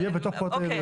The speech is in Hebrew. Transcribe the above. נכון.